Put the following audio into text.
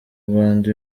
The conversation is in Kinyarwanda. rwanda